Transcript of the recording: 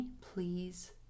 please